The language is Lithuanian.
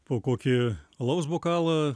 po kokį alaus bokalą